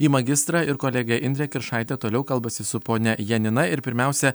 į magistrą ir kolegė indrė kiršaitė toliau kalbasi su ponia janina ir pirmiausia